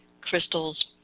crystals